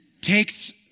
takes